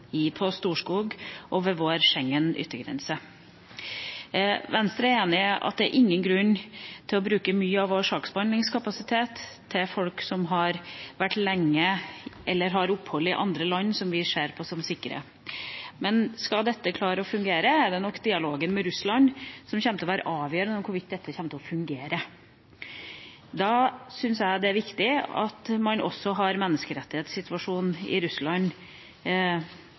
på Storskog og ved vår Schengen-yttergrense. Venstre er enig i at det er ingen grunn til å bruke mye av vår saksbehandlingskapasitet på folk som har vært lenge i, eller har hatt opphold i, land som vi ser på som sikre. Men dialogen med Russland kommer nok til å være avgjørende for hvorvidt dette kommer til å fungere. Jeg syns det er viktig at man også har menneskerettighetssituasjonen i Russland